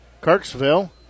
Kirksville